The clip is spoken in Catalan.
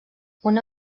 una